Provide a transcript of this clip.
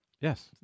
Yes